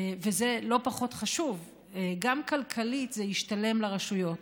וזה לא פחות חשוב, גם כלכלית זה ישתלם לרשויות.